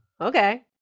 okay